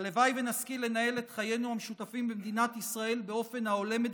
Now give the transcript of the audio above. הלוואי ונשכיל לנהל את חיינו המשותפים במדינת ישראל באופן ההולם את